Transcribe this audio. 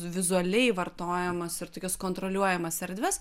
vizualiai vartojamas ir tokias kontroliuojamas erdves